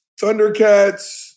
Thundercats